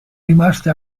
rimaste